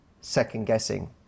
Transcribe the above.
second-guessing